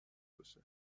باشه